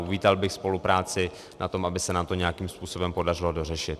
Uvítal bych spolupráci na tom, aby se nám to nějakým způsobem podařilo dořešit.